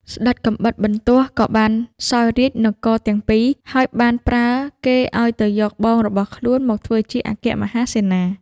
ស្ដេចកាំបិតបន្ទោះក៏បានសោយរាជ្យនគរទាំងពីរ ហើយបានប្រើគេឱ្យទៅយកបងរបស់ខ្លួនមកធ្វើជាអគ្គមហាសេនា។